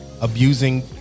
abusing